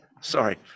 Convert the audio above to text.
sorry